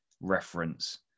reference